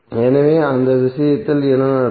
எனவே அந்த விஷயத்தில் என்ன நடக்கும்